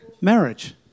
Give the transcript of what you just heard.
Marriage